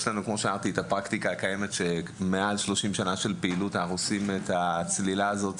יש לנו את הפרקטיקה הקיימת של מעל 30 שנה שאנחנו עושים את הצלילה הזאת.